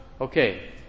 Okay